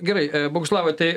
gerai boguslavai tai